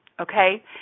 okay